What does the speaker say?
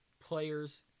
players